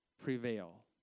prevail